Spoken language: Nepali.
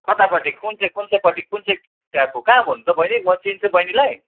कत्तापट्टि कुन चाहिँ कुन चाहिँ पट्टि कुन चाहिँ ट्याप हो कहाँ भन्नु त बहिनी म चिन्छु बहिनीलाई